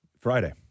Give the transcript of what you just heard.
Friday